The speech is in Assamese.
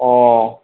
অ